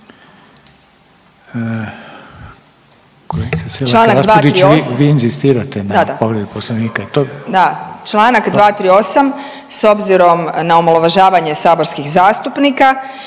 čl. 238. s obzirom na omalovažavanje saborskih zastupnika